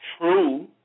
true